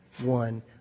one